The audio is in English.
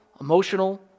emotional